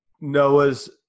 Noah's